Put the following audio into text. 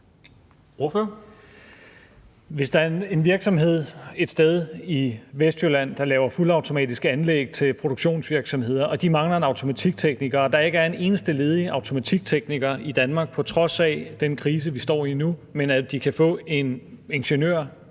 Hvis der er en virksomhed et sted i Vestjylland, der laver fuldautomatiske anlæg til produktionsvirksomheder, og de mangler en automatiktekniker og der ikke er en eneste ledig automatiktekniker i Danmark på trods af den krise, vi står i nu, men hvor de kan få en ingeniør